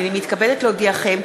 הנני מתכבדת להודיעכם,